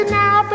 now